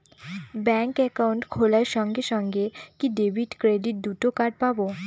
Bank account খোলার সঙ্গে সঙ্গে কি ডেবিট ক্রেডিট দুটো কার্ড পাবো?